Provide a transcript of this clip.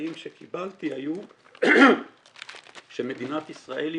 והממצאים שקיבלתי היו שמדינת ישראל היא